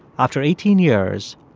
after eighteen years,